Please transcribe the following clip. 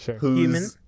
human